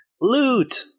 Loot